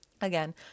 again